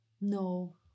No